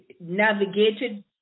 navigated